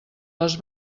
les